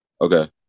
Okay